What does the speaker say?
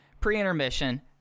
pre-intermission